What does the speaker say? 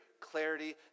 clarity